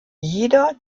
jeder